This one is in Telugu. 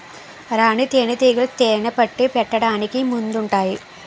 రాణీ తేనేటీగలు తేనెపట్టు పెట్టడానికి ముందుంటాయి